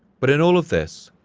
but in all of this,